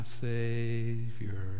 Savior